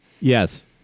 yes